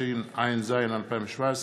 התשע"ז 2017,